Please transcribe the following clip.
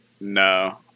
No